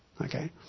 Okay